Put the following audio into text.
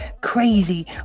crazy